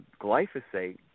glyphosate